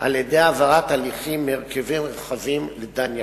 על-ידי העברת הליכים מהרכבים רחבים לדן יחיד,